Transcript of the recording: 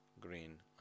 green